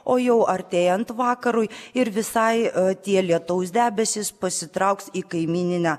o jau artėjant vakarui ir visai a tie lietaus debesys pasitrauks į kaimyninę